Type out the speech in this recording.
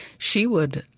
she would,